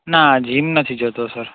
ના જીમ નથી જતો સર